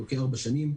כארבע שנים,